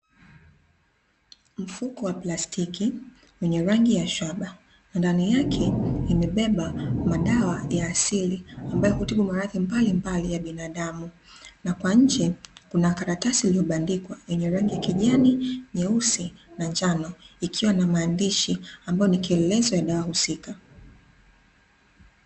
Mfuko wa plastiki wenye rangi ya shaba ndani yake umebeba madawa ya asili, ambayo hutibu maradhi mbalimbali ya binadamu, na kwa nje kuna karatasi iliyobandikwa yenye rangi ya kijani, nyeusi na njano ikiwa na maandishi ambayo ni kielelezo ya dawa husika.